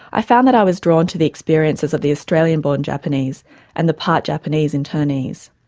i found that i was drawn to the experiences of the australian-born japanese and the part-japanese internees.